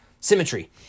symmetry